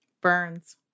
Burns